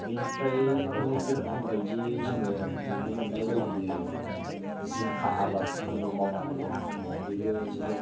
बिनिफ्राय अनेख रोखोम बायदियै जोङो नुनो मोननाय बायदियै जिंखा आबादफोरबो मावनो हायो बिबो जोबोद